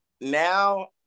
now